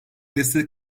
destek